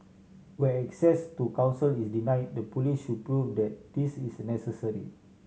where access to counsel is denied the police should prove that this is necessary